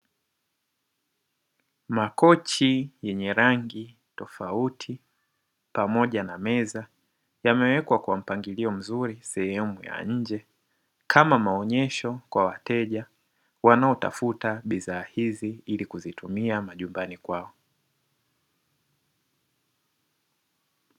Makochi yenye rangi tofauti pamoja na meza yamewekwa kwa mpangilio mzuri sehemu ya nje, kama maonyesho kwa wateja wanaotafuta bidhaa hizi ili kuzitumia majumbani kwao.